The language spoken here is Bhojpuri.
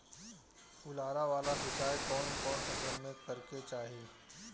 फुहारा वाला सिंचाई कवन कवन फसल में करके चाही?